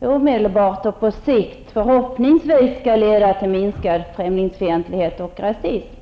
omedelbart och på sikt förhoppningsvis skall leda till minskad främlingsfientlighet och rasism.